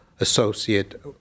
associate